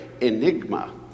Enigma